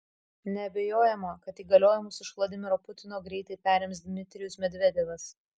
neabejojama kad įgaliojimus iš vladimiro putino greitai perims dmitrijus medvedevas